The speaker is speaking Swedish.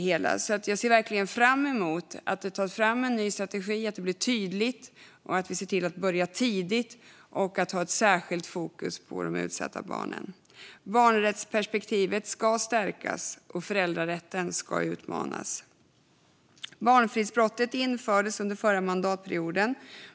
Jag ser verkligen fram emot att det ska tas fram en ny strategi och att det ska bli tydligt att vi ser till att börja tidigt och att ha ett särskilt fokus på de utsatta barnen. Barnrättsperspektivet ska stärkas, och föräldrarätten ska utmanas. Barnfridsbrottet infördes under förra mandatperioden.